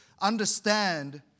understand